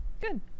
good